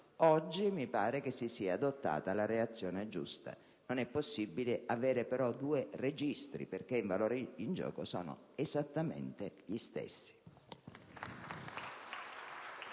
Oggi mi pare che si sia adottata la reazione giusta; non è possibile però avere due registri, perché i valori in gioco sono esattamente gli stessi